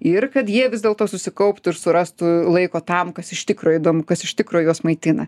ir kad jie vis dėlto susikauptų ir surastų laiko tam kas iš tikro įdomu kas iš tikro juos maitina